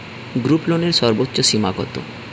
গ্রুপলোনের সর্বোচ্চ সীমা কত?